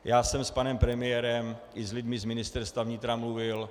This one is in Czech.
Já jsem s panem premiérem i s lidmi z Ministerstva vnitra mluvil.